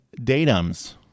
datums